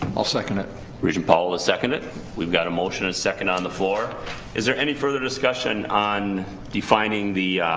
i'll second it region paul a second it we've got a motion and second on the floor is there any further discussion on defining the